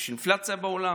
יש אינפלציה בעולם,